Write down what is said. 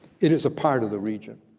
it is a part of the region.